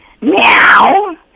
Meow